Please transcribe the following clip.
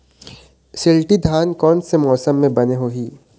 शिल्टी धान कोन से मौसम मे बने होही?